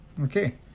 okay